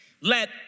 let